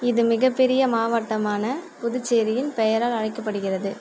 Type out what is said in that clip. இது மிகப்பெரிய மாவட்டமான புதுச்சேரியின் பெயரால் அழைக்கப்படுகிறது